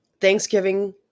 Thanksgiving